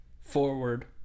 Forward